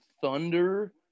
Thunder